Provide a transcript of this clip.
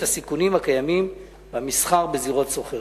הסיכונים הקיימים במסחר בזירות סוחר.